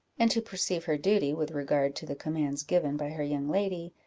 and to perceive her duty with regard to the commands given by her young lady,